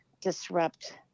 disrupt